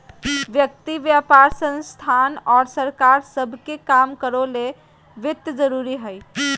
व्यक्ति व्यापार संस्थान और सरकार सब के काम करो ले वित्त जरूरी हइ